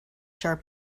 sharp